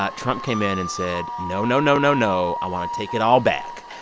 ah trump came in and said, no, no, no, no, no. i want to take it all back.